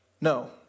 No